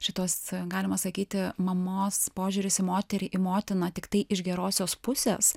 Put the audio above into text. šitos galima sakyti mamos požiūris į moterį į motiną tiktai iš gerosios pusės